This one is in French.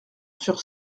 sur